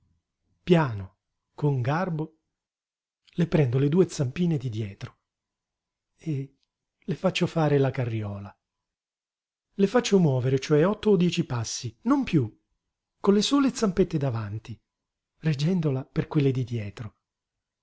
tappeto piano con garbo le prendo le due zampine di dietro e le faccio fare la carriola le faccio muovere cioè otto o dieci passi non piú con le sole zampette davanti reggendola per quelle di dietro